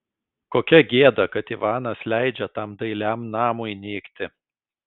kokia gėda kad ivanas leidžia tam dailiam namui nykti